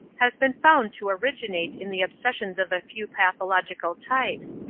has been found to originate in the obsessions of a few pathological types,